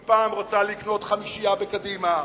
היא פעם רוצה לקנות חמישייה בקדימה,